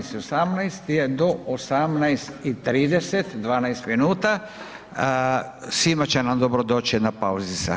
18:18 je, do 18:30, 12 minuta, svima će nam dobro doći jedna pauzica.